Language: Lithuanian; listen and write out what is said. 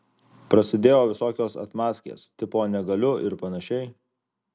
prasidėjo visokios atmazkės tipo negaliu ir panašiai